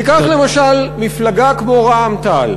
ניקח למשל מפלגה כמו רע"ם-תע"ל,